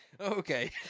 Okay